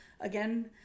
again